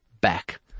back